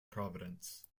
providence